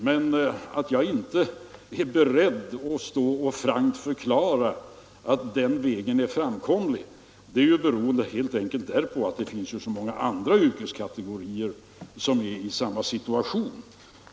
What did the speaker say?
Men att jag inte är beredd att frankt förklara att den vägen är framkomlig beror helt enkelt på att det finns så många andra yrkeskategorier som är i samma situation.